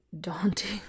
daunting